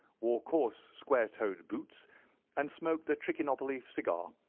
wore coarse, square-toed boots and smoked a trichinopoly cigar.